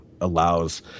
allows